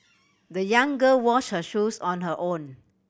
the young girl wash her shoes on her own